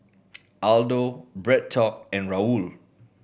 Aldo BreadTalk and Raoul